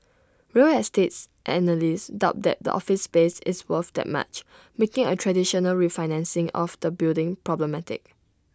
real estates analysts doubt that the office space is worth that much making A traditional refinancing of the building problematic